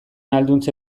ahalduntze